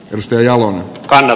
risto jalon carl